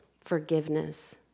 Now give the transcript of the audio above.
forgiveness